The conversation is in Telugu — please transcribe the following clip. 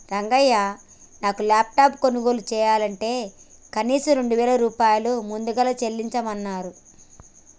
రంగయ్య నాను లాప్టాప్ కొనుగోలు చెయ్యనంటే కనీసం రెండు వేల రూపాయలు ముదుగలు చెల్లించమన్నరు